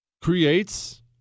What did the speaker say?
creates